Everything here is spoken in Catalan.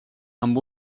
amb